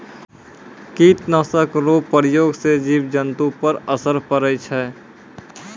कीट नाशक रो प्रयोग से जिव जन्तु पर असर पड़ै छै